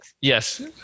Yes